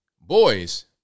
boys